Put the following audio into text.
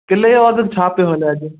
किले जो अघु छा पियो हले अॼु